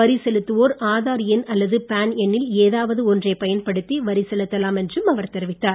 வரி செலுத்துவோர் ஆதார் எண் அல்லது பேன் எண்ணில் ஏதாவது ஒன்றைப் பயன்படுத்தி வரி செலுத்தலாம் என்றும் அவர் தெரிவித்தார்